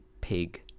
Pig